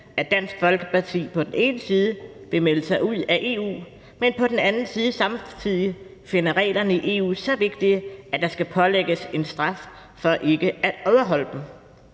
at Dansk Folkeparti på den ene side vil melde sig ud af EU, men på den anden side samtidig finder reglerne i EU så vigtige, at der skal pålægges en straf for ikke at overholde dem.